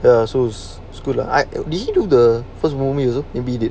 the so to the art would be I think the first movie maybe is it